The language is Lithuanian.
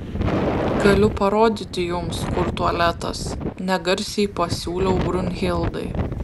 galiu parodyti jums kur tualetas negarsiai pasiūliau brunhildai